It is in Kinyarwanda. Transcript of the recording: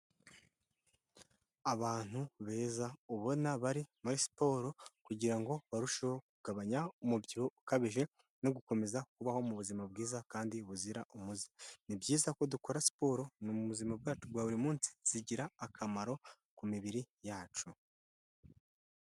Abantu beza ubona bari muri siporo kugira ngo barusheho kugabanya umubyibuho ukabije no gukomeza kubaho mu buzima bwiza kandi buzira umuze, ni byiza ko dukora siporo no mu buzima bwacu bwa buri munsi zigira akamaro ku mibiri yacu.